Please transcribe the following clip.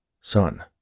son